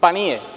Pa nije.